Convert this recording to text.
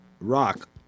rock